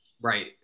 Right